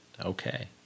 okay